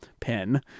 pen